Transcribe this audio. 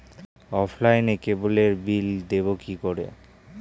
অফলাইনে ক্যাবলের বিল দেবো কি করে?